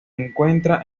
encuentra